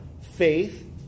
faith